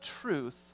truth